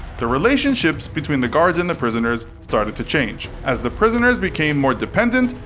the relationships between the guards and the prisoners started to change. as the prisoners became more dependent,